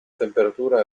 temperatura